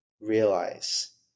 realize